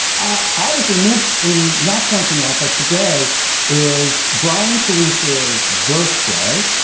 ah i was remiss in not pointing out that today is brian solis's birthday.